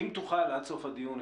אם תוכל עד סוף הדיון,